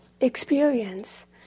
experience